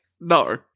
No